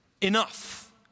enough